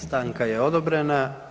Stanka je odobrena.